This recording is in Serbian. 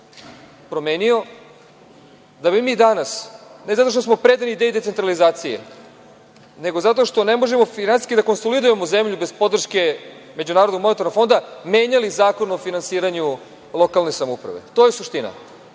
promenio da bi mi danas, ne zato što smo predani ideji decentralizacije, nego zato što ne možemo finansijski da konsolidujemo zemlju bez podrške MMF-a, menjali Zakon o finansiranju lokalne samouprave. To je suština.